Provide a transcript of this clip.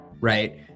right